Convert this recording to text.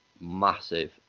massive